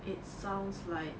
it sounds like